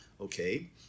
okay